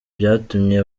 byatumye